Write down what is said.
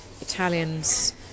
Italians